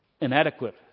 Inadequate